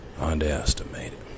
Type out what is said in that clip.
Underestimated